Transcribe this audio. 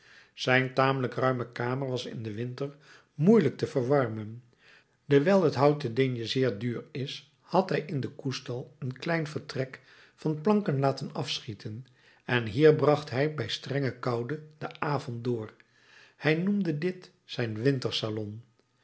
zijn tamelijk ruime kamer was in den winter moeielijk te verwarmen dewijl het hout te digne zeer duur is had hij in den koestal een klein vertrek van planken laten afschieten en hier bracht hij bij strenge koude den avond door hij noemde dit zijn